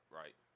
right